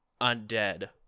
undead